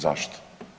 Zašto?